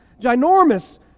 ginormous